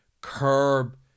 curb